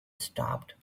stopped